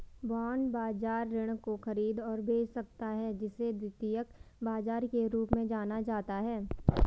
bond बाजार ऋण को खरीद और बेच सकता है जिसे द्वितीयक बाजार के रूप में जाना जाता है